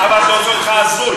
אבל זה עושה אותך הזוי.